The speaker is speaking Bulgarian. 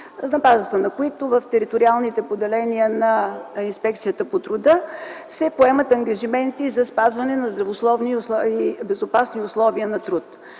на които в териториалните поделения на Инспекцията по труда се поемат ангажименти за спазване на здравословни и безопасни условия на труд.